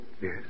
Yes